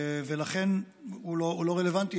ולכן הוא לא רלוונטי.